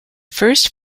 first